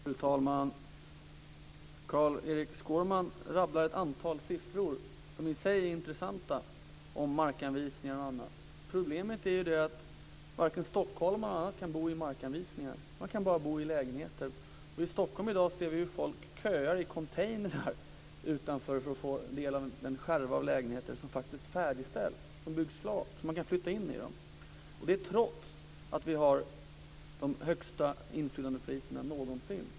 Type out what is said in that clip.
Fru talman! Carl-Erik Skårman rabblar ett antal siffror som i sig är intressanta. Det gäller då bl.a. markanvisningar. Men problemet är att varken stockholmarna eller andra kan bo i markanvisningar. Man kan bara bo i lägenheter. I Stockholm ser vi ju i dag hur folk köar i containrar för att få del av den skärva av lägenheter som faktiskt färdigställs, som byggs klart, så att man kan flytta in i dem. Man köar alltså trots att vi har de högsta inflyttningspriserna någonsin.